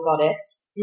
goddess